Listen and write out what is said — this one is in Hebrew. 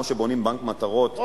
כמו שבונים בנק מטרות,